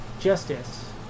justice